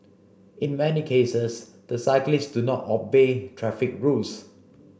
in many cases the cyclists do not obey traffic rules